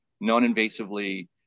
non-invasively